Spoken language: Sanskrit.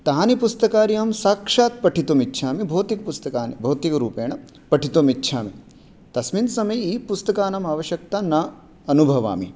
तानि पुस्तकानि अहं साक्षात् पठितुमिच्छामि भौतिकपुस्तकानि भौतिकरूपेण पठितुमिच्छामि तस्मिन् समये ई पुस्तकानाम् अवश्यकतां न अनुभवामि